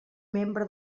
membre